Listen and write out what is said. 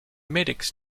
medics